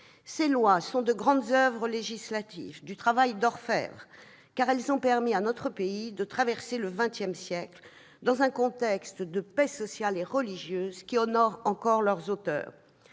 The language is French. Ces lois sont de grandes oeuvres législatives, du travail d'orfèvre. Elles ont permis à notre pays de traverser le XX siècle dans un climat de paix sociale et religieuse qui honore encore les auteurs.